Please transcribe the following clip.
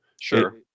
Sure